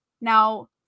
Now